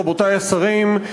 רבותי השרים,